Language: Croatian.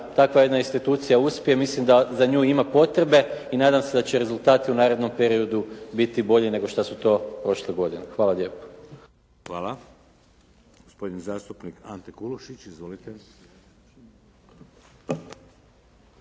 takva jedna institucija uspije. Mislim da za nju ima potrebe i nadam se da će rezultati u narednom periodu biti bolji nego što su to prošle godine. Hvala lijepo. **Šeks, Vladimir (HDZ)** Hvala. Gospodin zastupnik Ante Kulušić. Izvolite.